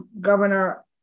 governor